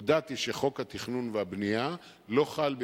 הודעתי שחוק התכנון והבנייה לא חל,